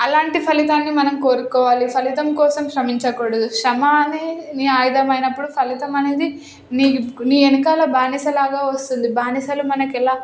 అలాంటి ఫలితాన్ని మనం కోరుకోవాలి ఫలితం కోసం శ్రమించకూడదు శ్రమ అనేది నీ ఆయుధమైనప్పుడు ఫలితం అనేది నీ వెనకాల బానిస లాగా వస్తుంది బానిసలు మనకు ఎలా